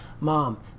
mom